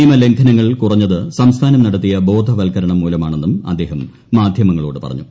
നിയമലംഘനങ്ങൾ കുറഞ്ഞത് സംസ്ഥാനം നടത്തിയ ബോധവത്കരണമൂലമാണെന്നും അദ്ദേഹം മാധ്യമങ്ങളോട് പറഞ്ഞു